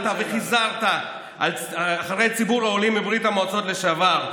וחיזרת אחרי ציבור העולים מברית המועצות לשעבר,